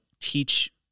teach